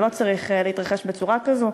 זה לא צריך להתרחש בצורה כזאת.